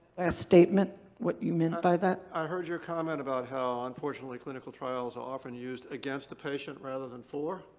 statement what you meant by that? i heard your comment about how unfortunately clinical trials are often used against the patient rather than for,